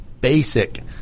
basic